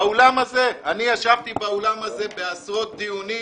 אני ישבתי באולם הזה בעשרות דיונים